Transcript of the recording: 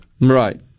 Right